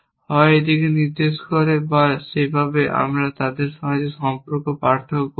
হয় এই দিকে নির্দেশ করে বা সেভাবে আমরা তাদের মধ্যে পার্থক্য করব